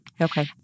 Okay